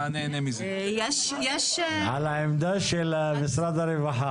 על העמדה של משרד הרווחה.